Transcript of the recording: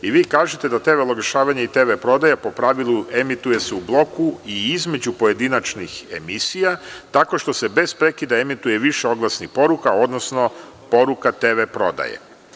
I vi kažete da TV oglašavanje i TV prodaja po pravilu emituje se u bloku i između pojedinačnih emisija, tako što se bez prekida emituje više oglasnih poruka, odnosno poruka TV prodaje.